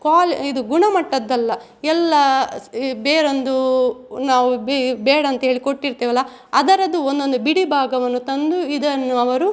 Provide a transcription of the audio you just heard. ಕ್ವಾಲ್ ಇದು ಗುಣಮಟ್ಟದಲ್ಲ ಎಲ್ಲ ಬೇರೊಂದು ನಾವು ಬಿ ಬೇಡ ಅಂಥೇಳಿ ಕೊಟ್ಟಿರ್ತೇವಲ್ಲ ಅದರದ್ದು ಒನ್ನೊಂದು ಬಿಡಿ ಭಾಗವನ್ನು ತಂದು ಇದನ್ನು ಅವರು